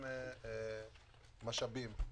משאבים.